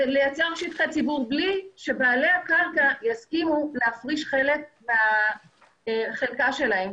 לייצר שטחי ציבור בלי שבעלי הקרקע יסכימו להפריש חלק מהחלקה שלהם.